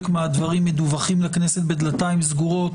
מהדברים מדווחים לכנסת בדלתיים סגורות.